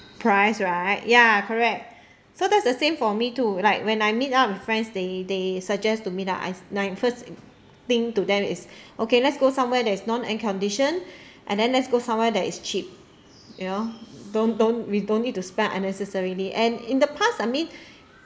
price right ya correct so that's the same for me too like when I meet up with friends they they suggest to meet up I ni~ first thing to them is okay let's go somewhere that's non air conditioned and then let's go somewhere that is cheap you know don't don't we don't need to spend unnecessarily and in the past I mean